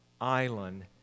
island